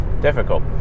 difficult